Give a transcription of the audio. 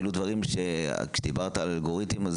כשדיברת על אלגוריתם,